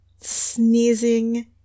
sneezing